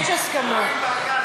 יש הסכמות.